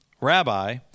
Rabbi